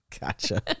Gotcha